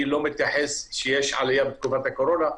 אני לא מתייחס שיש עלייה בתקופת הקורונה,